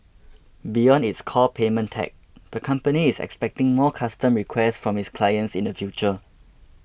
beyond its core payment tech the company is expecting more custom requests from its clients in the future